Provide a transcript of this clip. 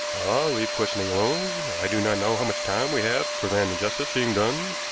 ah, leave questioning alone. i do not know how much time we have to prevent injustice being done.